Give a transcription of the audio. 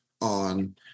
on